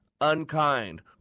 unkind